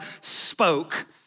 spoke